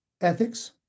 ethics